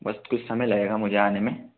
बस कुछ समय लगेगा मुझे आने में